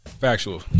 Factual